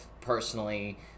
personally